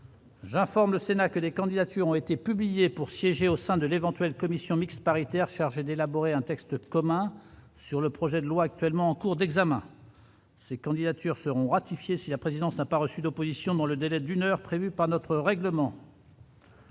J'informe le Sénat que les candidatures ont été publiés pour siéger au sein de l'éventuelle commission mixte paritaire chargée d'élaborer un texte commun sur le projet de loi actuellement en cours d'examen. Ces candidatures seront ratifiés si la présidence a pas reçu d'opposition dans le délai d'une heure prévue par notre règlement.